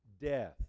death